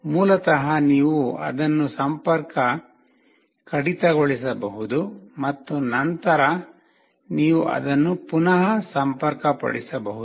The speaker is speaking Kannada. ಮೂಲತಃ ನೀವು ಅದನ್ನು ಸಂಪರ್ಕ ಕಡಿತಗೊಳಿಸಬಹುದು ಮತ್ತು ನಂತರ ನೀವು ಅದನ್ನು ಪುನಃ ಸಂಪರ್ಕ ಪಡಿಸಬಹುದು